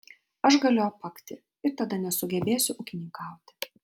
aš galiu apakti ir tada nesugebėsiu ūkininkauti